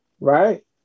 right